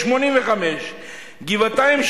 85%; גבעתיים,